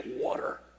water